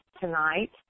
tonight